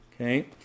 Okay